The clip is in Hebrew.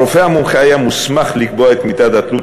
הרופא המומחה היה מוסמך לקבוע את מידת התלות